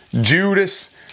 Judas